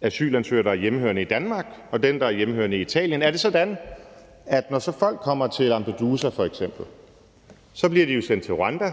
asylansøger, der er hjemmehørende i Danmark, og den, der er hjemmehørende i Italien? Er det sådan, at når så folk kommer til f.eks. Lampedusa, bliver de jo sendt til Rwanda,